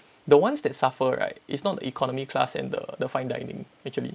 the ones that suffer right it's not the economy class and the the fine dining actually